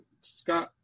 Scott